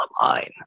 online